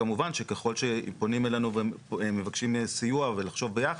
כמובן שככול שפונים אלינו ומבקשים סיוע ולחשוב ביחד,